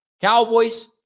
Cowboys